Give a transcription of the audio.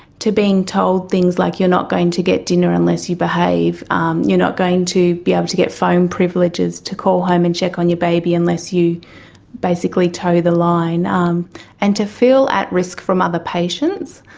to being told things like, you're not going to get dinner unless you behave um you're not going to be able to get phone privileges to call home and check on your baby unless you basically toe the line um and to feel at risk from other patients.